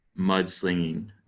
mudslinging